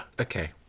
Okay